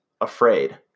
afraid